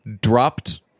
dropped